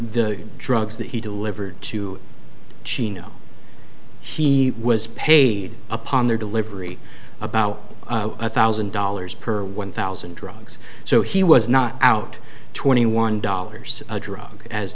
the drugs that he delivered to chino he was paid upon their delivery about one thousand dollars per one thousand drugs so he was not out twenty one dollars a drug as